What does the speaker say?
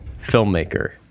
filmmaker